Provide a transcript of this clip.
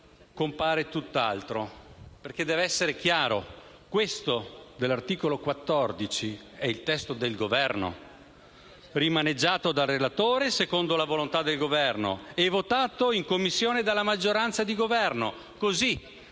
compare tutt'altro perché deve essere chiaro che il testo dell'articolo 14 è il testo del Governo, rimaneggiato dal relatore secondo la volontà del Governo e votato in Commissione dalla maggioranza di Governo,